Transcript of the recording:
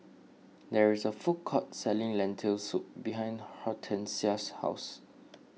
there is a food court selling Lentil Soup behind Hortencia's house